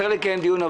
צריך לקיים דיון,